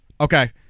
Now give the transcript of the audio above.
Okay